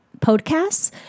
Podcasts